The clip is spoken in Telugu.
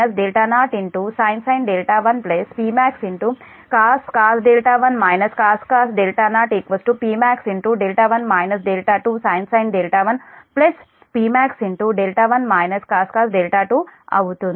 Pmax1 0 sin 1 Pmaxcos 1 cos 0 Pmax1 2 sin 1 Pmax1 cos 2 అవుతుంది